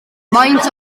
faint